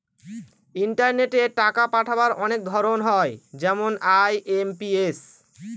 ইন্টারনেটে টাকা পাঠাবার অনেক ধরন হয় যেমন আই.এম.পি.এস